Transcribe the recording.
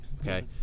okay